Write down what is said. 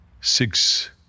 six